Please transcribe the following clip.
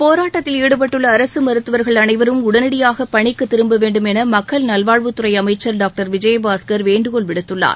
போராட்டத்தில் ஈடுபட்டுள்ள அரசு மருத்துவர்கள் அனைவரும் உடனடியாக பணிக்கு திரும்ப வேண்டும் என மக்கள் நல்வாழ்வுத்துறை அமைச்சர் டாக்டர் விஜயபாஸ்கர் வேண்டுகோள் விடுத்துள்ளார்